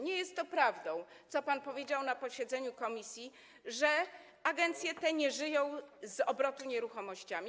Nie jest prawdą to, co pan powiedział na posiedzeniu komisji, że agencje te nie żyją z obrotu nieruchomościami.